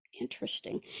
interesting